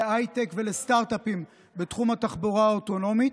להייטק ולסטרטאפים בתחום התחבורה האוטונומית.